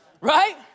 right